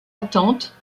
attente